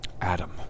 Adam